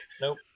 Nope